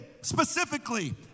specifically